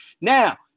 Now